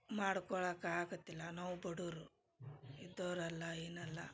ಮಾಡ್ಕೊಳಕ ಆಗತಿಲ್ಲ ನಾವು ಬಡುವರು ಇದ್ದವರಲ್ಲ ಏನಲ್ಲ